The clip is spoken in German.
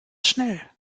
schnell